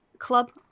Club